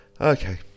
okay